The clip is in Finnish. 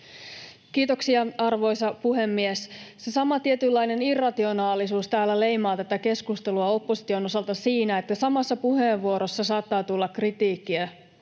Kiitoksia, arvoisa puhemies! Se sama tietynlainen irrationaalisuus täällä leimaa tätä keskustelua opposition osalta siinä, että samassa puheenvuorossa saattaa tulla kritiikkiä